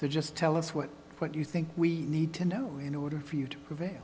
so just tell us what what you think we need to know in order for you to pr